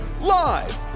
live